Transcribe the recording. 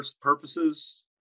purposes